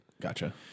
Gotcha